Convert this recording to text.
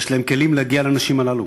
יש להם כלים להגיע לאנשים הללו